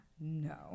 no